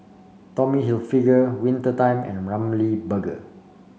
Tommy Hilfiger Winter Time and Ramly Burger